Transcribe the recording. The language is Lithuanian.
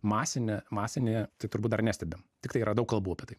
masinė masinė tai turbūt dar nestebime tiktai yra daug kalbų apie tai